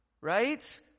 right